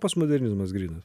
postmodernizmas grynas